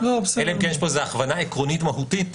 אלא אם כן יש פה הכוונה עקרונית מהותית.